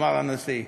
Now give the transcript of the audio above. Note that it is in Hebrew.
אמר הנשיא.